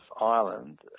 Ireland